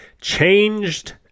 changed